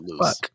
Fuck